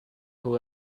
who